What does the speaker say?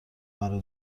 مرا